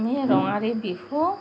আমি ৰঙালী বিহু